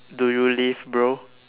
do you live bro